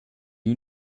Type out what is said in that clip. you